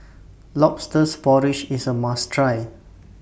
Lobsters Porridge IS A must Try